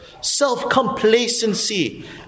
self-complacency